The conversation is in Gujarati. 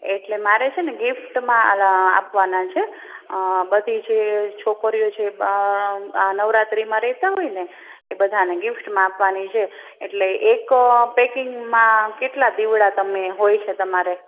એટલે મારે છે ને ગિફ્ટમાં આપવાનાં છે બધી જે છોકરીઓ જે આ નવરાત્રિમાં રહેતાં હોય ને એ બધાને ગિફ્ટમાં આપવાની છે એટલે એક પેકિંગમાં આમ કેટલાં દીવડા તમે હોય છે તમારે